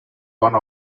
one